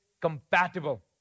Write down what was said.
compatible